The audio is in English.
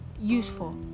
useful